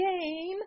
Game